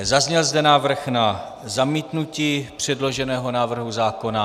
Zazněl zde návrh na zamítnutí předloženého návrhu zákona.